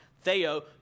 Theo